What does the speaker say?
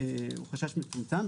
מצומצם.